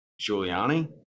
Giuliani